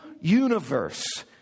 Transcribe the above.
universe